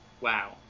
wow